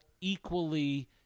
equally